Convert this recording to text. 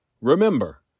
Remember